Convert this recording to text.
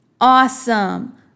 Awesome